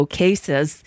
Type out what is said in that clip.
cases